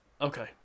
Okay